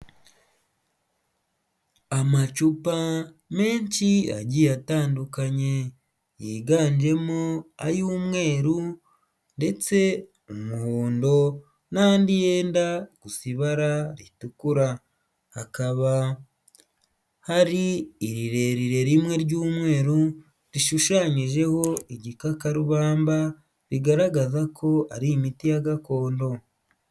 Amacupa menshi agiye atandukanye yiganjemo ay'umweru ndetse umuhondo n'andi yenda gusa ibara ritukura hakaba hari irirerire rimwe ry'umweru rishushanyijeho igikakarubamba rigaragaza ko ari imiti ya gakondo.